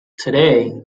today